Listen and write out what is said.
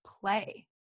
play